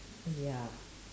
ya